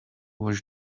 wash